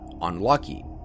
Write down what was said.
unlucky